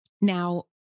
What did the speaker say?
Now